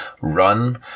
Run